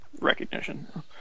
recognition